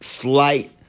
slight